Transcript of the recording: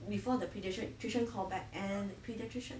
before the pediatrician call back and the pediatrician